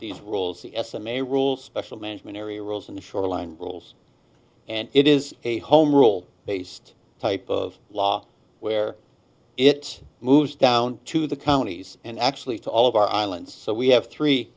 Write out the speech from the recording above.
these rules the s m a rules special management area rules and shoreline rules and it is a home rule based type of law where it moves down to the counties and actually to all of our islands so we have three